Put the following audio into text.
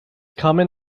common